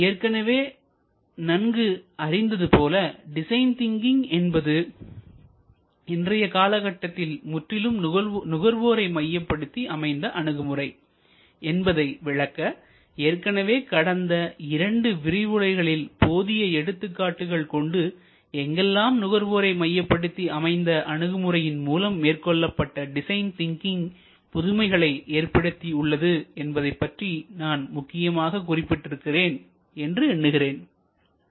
நாம் ஏற்கனவே நன்கு அறிந்தது போல டிசைன் திங்கிங் என்பது இன்றைய காலகட்டத்தில் முற்றிலும் நுகர்வோரை மையப்படுத்தி அமைந்த அணுகுமுறை என்பதை விளக்க ஏற்கனவே கடந்த இரண்டு விரிவுரைகளில் போதிய எடுத்துக்காட்டுகள் கொண்டு எங்கெல்லாம் நுகர்வோரை மையப்படுத்தி அமைந்த அணுகுமுறையின் மூலம் மேற்கொள்ளப்பட்ட டிசைன் திங்கிங் புதுமைகளை ஏற்படுத்தியுள்ளது என்பதை பற்றி நான் முக்கியமாக குறிப்பிட்டு இருக்கிறேன் என்று எண்ணுகிறேன்